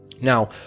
Now